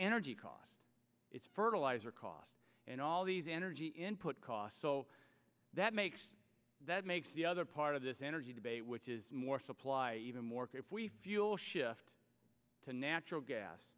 energy cost it's fertilizer cost and all these energy input cost so that makes that makes the other part of this energy debate which is more supply even more carefully fuel shift to natural gas